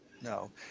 no